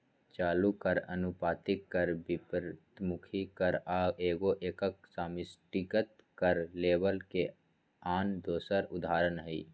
चालू कर, अनुपातिक कर, विपरितमुखी कर आ एगो एकक समष्टिगत कर लेबल के आन दोसर उदाहरण हइ